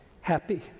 happy